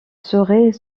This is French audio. serait